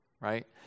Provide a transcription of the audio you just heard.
right